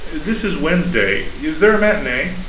this is wednesday. is there a matinee?